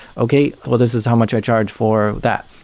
okay, well this is how much i charge for that.